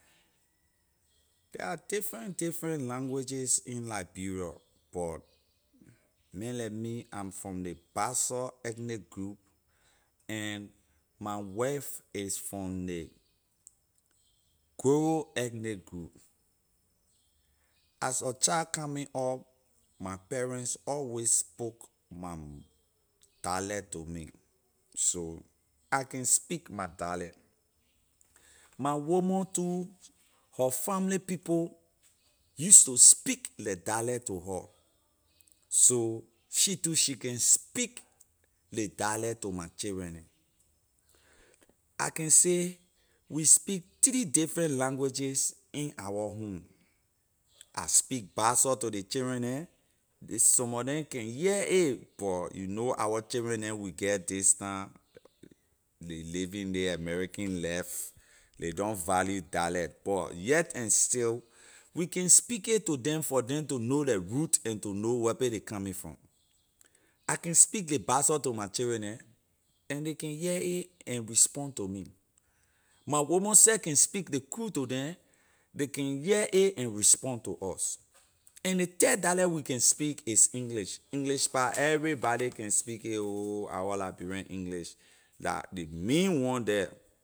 There are different different languages in liberia but man like me i’m from ley bassa ethnic group and my wife is from ley grebo ethnic group as a child coming up my parents always spoke my dialect to me so I can speak my dialect my woman too her family people use to speak leh dialect to her so she too she can speak ley dialect to my children neh I can say we speak three different languages in our home I speak bassa to ley children neh some mor neh can hear a but you know our children neh we get this time ley living ley american life ley don’t value dialect but yet and still we can speak it to dem for dem to know leh root and to know where play ley coming from I can speak ley bassa to my children neh and ley can hear a and respond to me my woman she can speak ley kru to dem ley can hear a and respond to us and ley third dialect we can speak is english, english pah everybody can speak it ho our liberian english la ley main one there